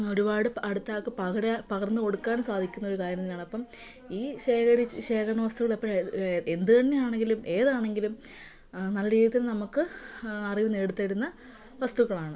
ഒരുപാട് അടുത്തയാൾക്ക് പകരാൻ പകർന്ന് കൊടുക്കാൻ സാധിക്കുന്നൊരു കാര്യം തന്നെയാണ് അപ്പം ഈ ശേഖരിച്ച് ശേഖരണവസ്തുക്കൾ എപ്പഴാണ് എന്ത് തന്നെയാണെങ്കിലും ഏതാണെങ്കിലും നല്ല രീതിയിൽ നമുക്ക് അറിവ് നേടിത്തരുന്ന വസ്തുക്കളാണ്